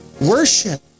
worship